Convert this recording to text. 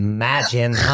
Imagine